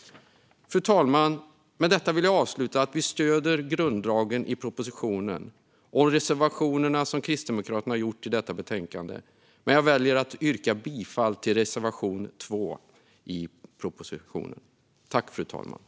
Fru talman! Vi stöder grunddragen i propositionen och reservationerna som Kristdemokraterna har gjort i detta betänkande. Men jag väljer att yrka bifall endast till reservation 2 i betänkandet.